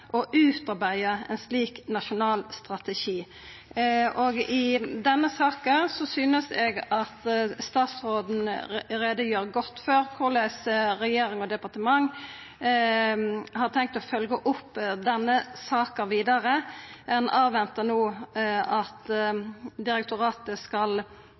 ein slik nasjonal strategi. I denne saka synest eg at statsråden gjer godt greie for korleis regjering og departement har tenkt å følgja opp denne saka vidare. Ein ventar no på at direktoratet skal